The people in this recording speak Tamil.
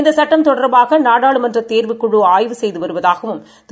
இந்தசட்டம்தொடர்பாகநாடாளுமன்றதேர்வுக்குழுஆய்வு செய்துவருவதாகவும்திரு